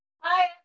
Hi